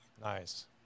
Nice